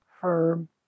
firm